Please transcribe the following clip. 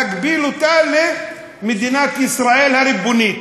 נגביל אותה למדינת ישראל הריבונית,